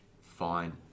Fine